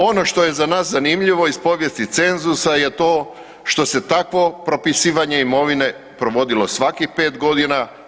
Ono što je za nas zanimljivo iz povijesti cenzusa je to što se takvo propisivanje imovine provodilo svakih 5 godina.